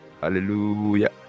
Hallelujah